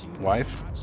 Wife